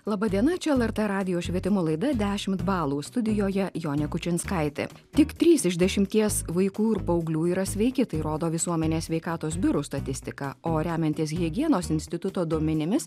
laba diena čia lrt radijo švietimo laida dešimt balų studijoje jonė kučinskaitė tik trys iš dešimties vaikų ir paauglių yra sveiki tai rodo visuomenės sveikatos biuro statistika o remiantis higienos instituto duomenimis